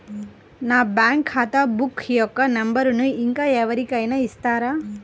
నా బ్యాంక్ ఖాతా బుక్ యొక్క నంబరును ఇంకా ఎవరి కైనా ఇస్తారా?